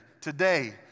today